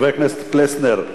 חבר הכנסת פלסנר.